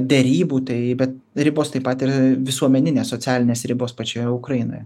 derybų tai bet ribos taip pat ir visuomeninės socialinės ribos pačioje ukrainoje